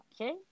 Okay